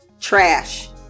trash